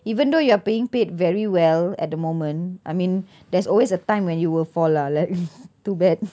even though you are being paid very well at the moment I mean there's always a time when you will fall lah like too bad